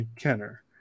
Kenner